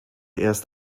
erst